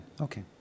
okay